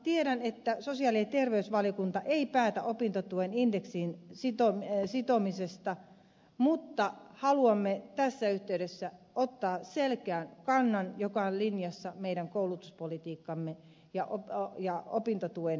tiedän että sosiaali ja terveysvaliokunta ei päätä opintotuen indeksiin sitomisesta mutta haluamme tässä yhteydessä ottaa selkeän kannan joka on linjassa meidän koulutuspolitiikkamme ja opintotuen esitystemme kanssa